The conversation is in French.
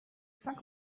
cinq